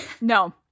No